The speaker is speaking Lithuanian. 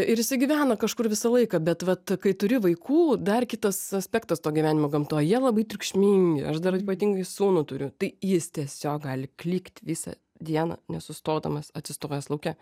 ir jisai gyvena kažkur visą laiką bet vat kai turi vaikų dar kitas aspektas to gyvenimo gamtoj jie labai triukšmingi aš dar ypatingai sūnų turiu tai jis tiesiog gali klykt visą dieną nesustodamas atsistojęs lauke